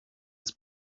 its